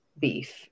beef